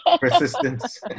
Persistence